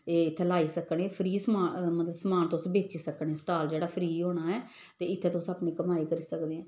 एह् इत्थै लाई सकने फ्री समान मतलब समान तुस बेची सकने स्टाल जेह्ड़ा फ्री होना ऐ ते इत्थै तुस अपनी कमाई करी सकदे